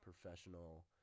professional